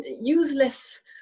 useless